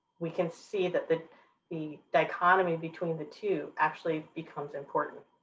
we can see that the the dichotomy between the two actually becomes important.